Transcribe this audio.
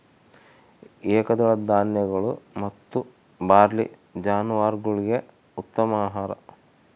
ಏಕದಳ ಧಾನ್ಯಗಳು ಮತ್ತು ಬಾರ್ಲಿ ಜಾನುವಾರುಗುಳ್ಗೆ ಉತ್ತಮ ಆಹಾರ